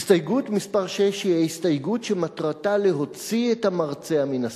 הסתייגות מס' 6 היא ההסתייגות שמטרתה להוציא את המרצע מן השק.